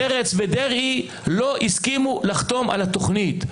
פרץ ודרעי, לא הסכימו לחתוך על התוכנית.